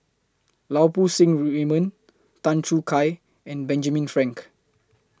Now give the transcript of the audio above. Lau Poo Seng Raymond Tan Choo Kai and Benjamin Frank